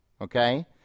Okay